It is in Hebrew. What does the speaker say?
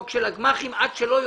לערער.